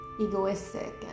egoistic